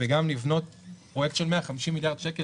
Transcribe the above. וגם לבנות פרויקט של 150 מיליארד שקל,